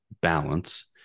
balance